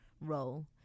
role